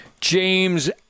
james